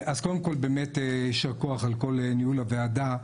יישר כוח על כל ניהול הוועדה.